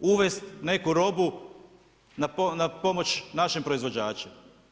uvest neku robu na pomoć našim proizvođačima.